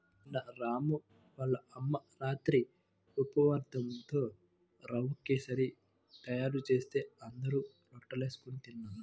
నిన్న రాము వాళ్ళ అమ్మ రాత్రి ఉప్మారవ్వతో రవ్వ కేశరి తయారు చేస్తే అందరం లొట్టలేస్కొని తిన్నాం